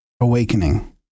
Awakening